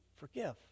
forgive